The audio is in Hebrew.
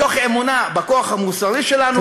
מתוך אמונה בכוח המוסרי שלנו,